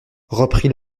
reprit